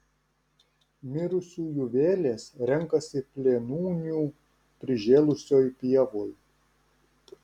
mirusiųjų vėlės renkasi plėnūnių prižėlusioj pievoj